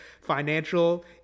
financial